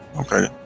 Okay